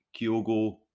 Kyogo